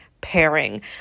pairing